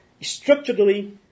structurally